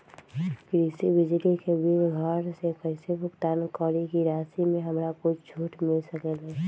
कृषि बिजली के बिल घर से कईसे भुगतान करी की राशि मे हमरा कुछ छूट मिल सकेले?